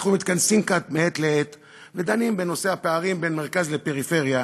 אנחנו מתכנסים כאן מעת לעת ודנים בנושא הפערים בין מרכז לפריפריה,